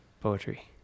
poetry